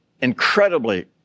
incredibly